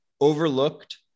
overlooked